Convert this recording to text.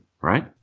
right